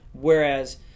Whereas